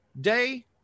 day